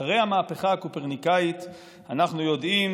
אחרי המהפכה הקופרניקאית אנחנו יודעים